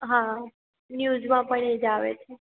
હા ન્યૂઝમાં પણ એ જ આવે છે